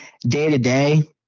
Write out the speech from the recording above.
day-to-day